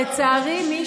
לצערי, מי